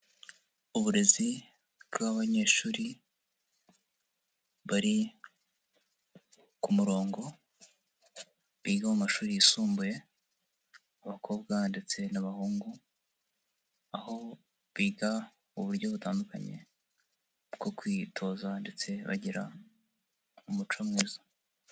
Uburezi bw'abanyeshuri bari ku murongo, biga mu mashuri yisumbuye, abakobwa ndetse n'abahungu, aho biga uburyo butandukanye bwo kwitoza ndetse bagira umuco mwiza.